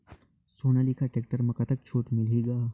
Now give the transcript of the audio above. Sonalika tractor म कतका छूट मिलही ग?